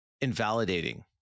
invalidating